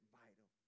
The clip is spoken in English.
vital